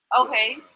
Okay